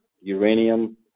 uranium